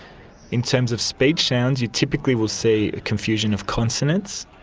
in terms of speech sounds you typically will see a confusion of consonants.